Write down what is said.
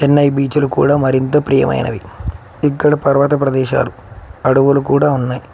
చెన్నై బీచ్లు కూడా మరింత ప్రియమైనవి ఇక్కడ పర్వత ప్రదేశాలు అడవులు కూడా ఉన్నాయి